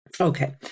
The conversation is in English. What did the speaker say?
okay